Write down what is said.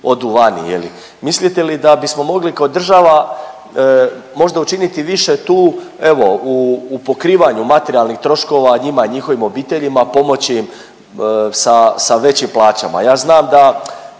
odu vani, je li. Mislite li da bismo mogli kao država možda učiniti više tu, evo u pokrivanju materijalnih troškova njima i njihovim obiteljima, pomoći im sa većim plaćama.